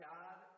God